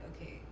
okay